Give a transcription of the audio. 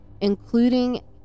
including